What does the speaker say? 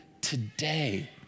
today